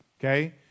okay